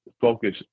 focus